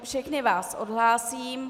Všechny vás odhlásím.